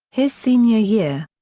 his senior year.